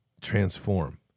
transform